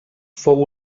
fou